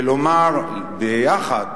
ולומר ביחד